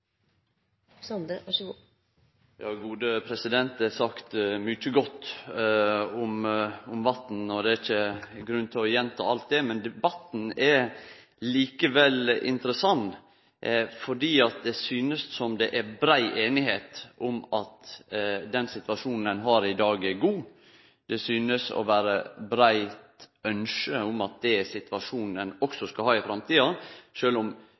sagt mykje godt om vatn, og det er ikkje grunn til å gjenta alt det. Men debatten er likevel interessant, fordi det synest som det er brei einigheit om at den situasjonen ein har i dag, er god. Det synest å vere eit breitt ynske om at det er situasjonen ein også skal ha i framtida. Sjølv om